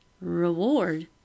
Reward